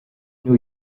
new